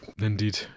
Indeed